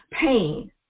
pain